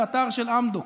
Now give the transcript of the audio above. באתר של אמדוקס.